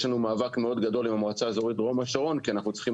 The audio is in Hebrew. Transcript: יש לנו מאבק גדול מאוד עם המועצה האזורית דרום השרון כי אנחנו צריכים